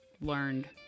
learned